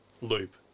loop